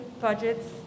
budgets